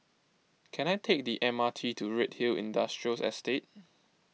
can I take the M R T to Redhill Industrial Estate